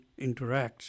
interacts